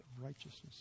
righteousness